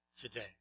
today